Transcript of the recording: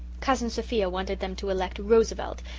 cousin sophia wanted them to elect roosevelt,